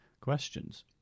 questions